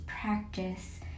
practice